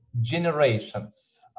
generations